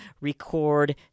record